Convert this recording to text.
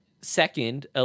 second